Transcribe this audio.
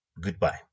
Goodbye